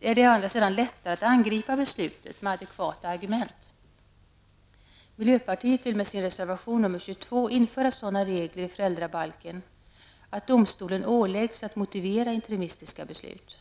det lättare att angripa beslutet med adekvata argument. Miljöpartiet vill med sin reservation nr 22 införa sådana regler i föräldrabalken att domstolen åläggs att motivera interimistiska beslut.